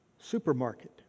Supermarket